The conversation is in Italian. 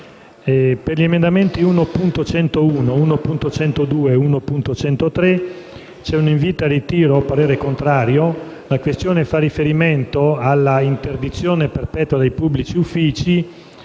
degli emendamenti 1.101, 1.102 e 1.103, altrimenti esprimo parere contrario. La questione fa riferimento alla interdizione perpetua dai pubblici uffici;